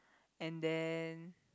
and then